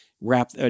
wrap –